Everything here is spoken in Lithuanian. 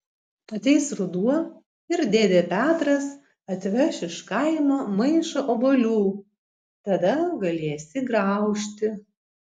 ateis ruduo ir dėdė petras atveš iš kaimo maišą obuolių tada galėsi graužti